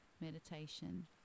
meditation